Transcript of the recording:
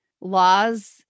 laws